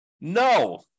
No